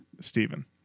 Stephen